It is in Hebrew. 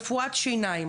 רפואת שיניים